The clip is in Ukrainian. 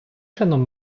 чином